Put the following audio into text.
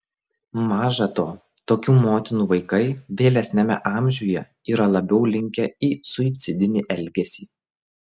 maža to tokių motinų vaikai vėlesniame amžiuje yra labiau linkę į suicidinį elgesį